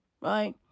right